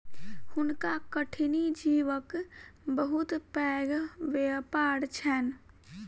हुनका कठिनी जीवक बहुत पैघ व्यापार छैन